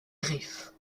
griffes